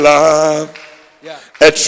Love